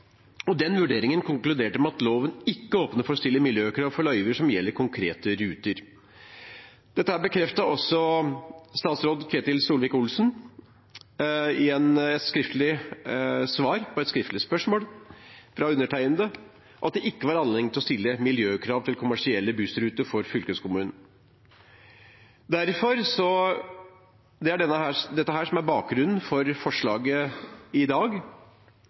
og den vurderingen konkluderte med at loven ikke åpner for å stille miljøkrav for løyver som gjelder konkrete ruter. Statsråd Ketil Solvik-Olsen bekreftet også, i svar på et skriftlig spørsmål fra undertegnede, at det ikke er anledning til å stille miljøkrav til kommersielle bussruter for fylkeskommunen. Dette er bakgrunnen for forslaget i dag.